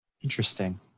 Interesting